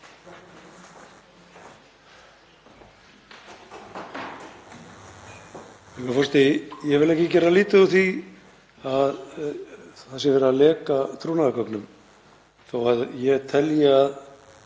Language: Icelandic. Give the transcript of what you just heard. Ég vil ekki gera lítið úr því að verið sé að leka trúnaðargögnum þó að ég telji